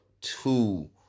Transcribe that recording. two